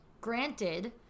Granted